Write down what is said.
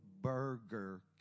burger